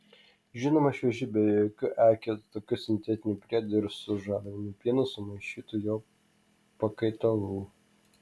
žinoma švieži be jokių e kitokių sintetinių priedų ar su žaliaviniu pienu sumaišytų jo pakaitalų